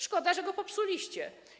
Szkoda, że go popsuliście.